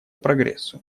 прогрессу